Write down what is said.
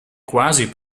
quasi